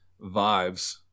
vibes